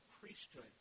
priesthood